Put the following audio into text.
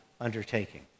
undertaking